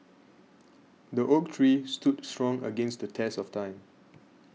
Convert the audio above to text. the oak tree stood strong against the test of time